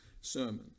sermon